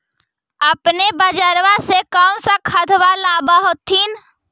अपने बजरबा से कौन सा खदबा लाब होत्थिन?